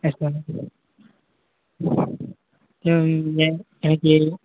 S ma'am இல்லை ma'am எனக்கு